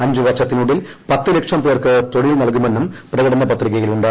അഞ്ച് വർഷത്തിനുള്ളിൽ പത്ത് ലക്ഷം പേർക്ക് തൊഴിൽ നൽകുമെന്നും പ്രകടന പത്രികയിലുണ്ട്